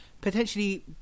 potentially